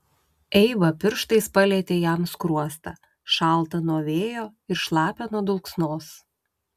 eiva pirštais palietė jam skruostą šaltą nuo vėjo ir šlapią nuo dulksnos